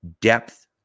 depth